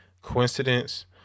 coincidence